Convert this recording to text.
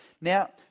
Now